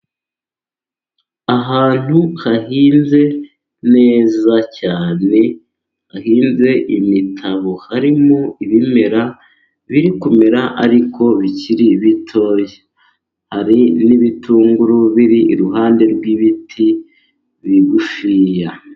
Ahantu hahinze neza cyane, hahinze imitabo harimo ibimera biri kumera ariko bikiri bito. Hari n'ibitunguru biri iruhande rw'ibiti bigufiya.